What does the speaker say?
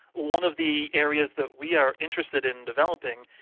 one of the areas that we are interested in developing,